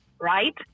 right